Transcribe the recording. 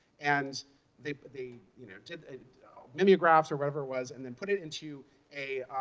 and they they you know did mimeographs or whatever was and then put it into a